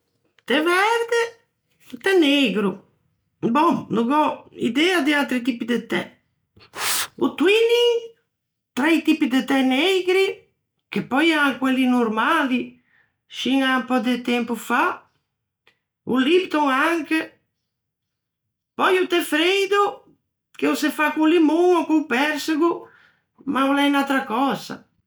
Té verde, té neigro. Bòm, no gh'ò idea de atri tipi de té. O twining, tra i tipi de té neigri, che pöi ean quelli nornali, scin à un pö de tempo fa. O lipton anche. Pöi o té freido, che o se fa co-o limon ò con o persego, ma o l'é unn'atra cösa.